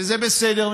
וזה בסדר,